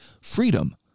freedom